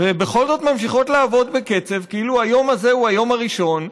ובכל זאת ממשיכות לעבוד בקצב כאילו היום הזה הוא היום הראשון,